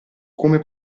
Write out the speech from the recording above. come